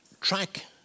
track